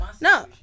No